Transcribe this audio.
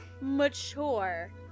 mature